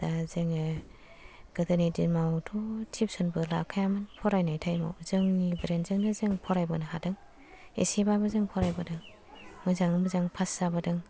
दा जोङो गोदोनि दिनावथ' टुउसनबो लाखायामोन फरायनाय टाइमाव जोंनि ब्रेनजोंनो जों फरायबोनो हादों एसेबाबो जों फरायबोदों मोजाङै मोजां फास जाबोदों